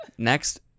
Next